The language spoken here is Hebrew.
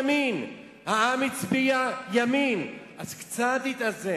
יש רוב ימין, העם הצביע ימין, אז קצת להתאזן,